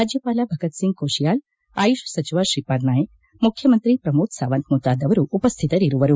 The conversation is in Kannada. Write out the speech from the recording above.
ರಾಜ್ಯಪಾಲ ಭಗತ್ ಸಿಂಗ್ ಕೋಶಿಯಾಲ್ ಆಯುಷ್ ಸಚಿವ ಶ್ರೀಪಾದ್ ನಾಯ್ಕ್ ಮುಖ್ಯಮಂತ್ರಿ ಪ್ರಮೋದ್ ಸಾವಂತ್ ಮುಂತಾದವರು ಉಪಶ್ಠಿತರಿರುವರು